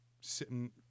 sitting